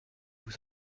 vous